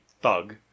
thug